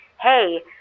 hey